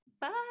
Bye